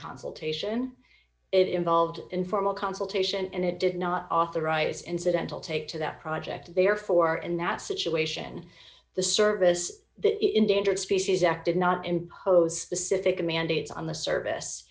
consultation it involved informal consultation and it did not authorize incidental take to that project therefore in that situation the service that endangered species act did not impose the civic mandates on the s